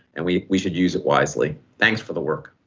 and we we should use it wisely. thanks for the work